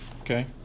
Okay